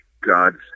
God's